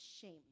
shame